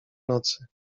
nocy